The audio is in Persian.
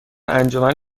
انجمن